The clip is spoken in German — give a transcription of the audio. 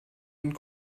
und